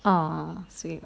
uh sweet